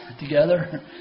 together